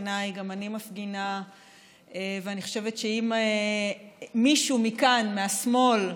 אני מפגינה, ואני חושבת שאם מישהו מכאן, מהשמאל,